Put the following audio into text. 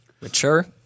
mature